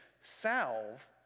salve